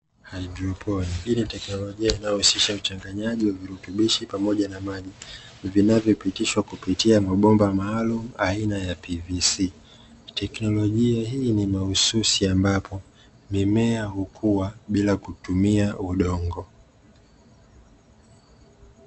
Hydroponiki hii ni teknolojia inayo husisha uchanganyaji wa vurutubishi pamoja na maji vinavyo pitishwa kupitia mabomba maalumu aina ya PVC, teknolojia hii ni mahususi ambapo mimea hukuwa bila kutumia udongo.